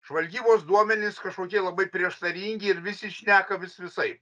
žvalgybos duomenys kažkokie labai prieštaringi ir visi šneka vis visai